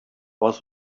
was